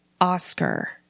oscar